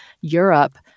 Europe